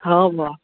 हाँ बबा